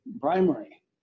primary